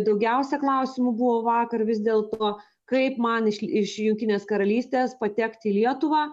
daugiausia klausimų buvo vakar vis dėlto kaip man iš iš jungtinės karalystės patekti į lietuvą